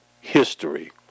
history